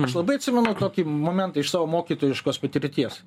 aš labai atsimenu tokį momentą iš savo mokytojiškos patirties